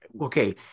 okay